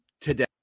today